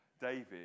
David